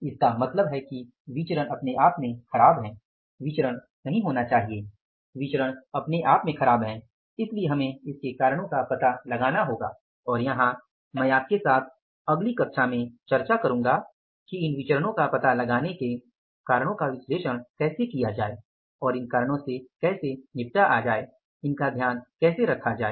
इसका मतलब है कि विचरण अपने आप में ख़राब है विचरण नहीं होना चाहिए विचरण अपने आप में ख़राब है इसलिए हमें इसके कारणों का पता लगाना होगा और यहाँ मैं आपके साथ अगली कक्षा में चर्चा करूँगा कि इन विचरणों का पता लगाने के कारणों का विश्लेषण कैसे किया जाए और इन कारणों से कैसे निपटा जायेइनका ध्यान रखा जाये